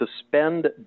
suspend